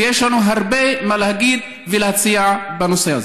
ויש לנו הרבה מה להגיד ולהציע בנושא הזה.